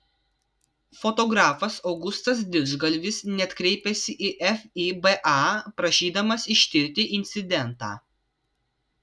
fotografas augustas didžgalvis net kreipėsi į fiba prašydamas ištirti incidentą